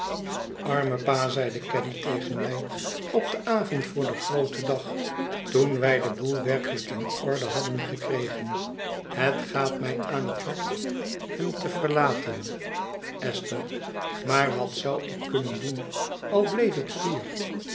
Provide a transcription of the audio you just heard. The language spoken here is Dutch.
arme pa zeide caddy tegen mij op den avond voor den grooten dag toen wij den boel werkelijk in orde hadden gekregen het gaat mij aan het hart hem te verlaten esther maar wat zou ik kunnen doen al bleef ik hier